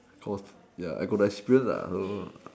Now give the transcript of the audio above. cause I got the experience so